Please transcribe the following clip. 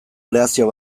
aleazio